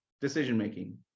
decision-making